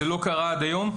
זה לא קרה עד היום.